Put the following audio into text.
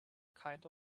kind